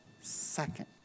second